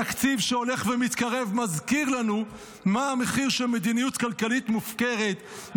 התקציב שהולך ומתקרב מזכיר לנו מה המחיר של מדיניות כלכלית מופקרת,